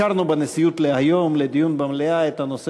שאישרנו בנשיאות לדיון במליאה היום את הנושא